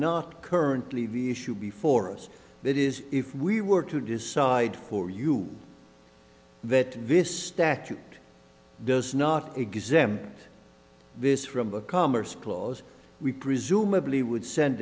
not currently view should be for us that is if we were to decide for you that this statute does not exempt this from a commerce clause we presumably would send